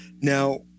Now